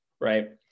Right